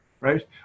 right